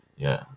ya